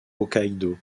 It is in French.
hokkaidō